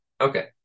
Okay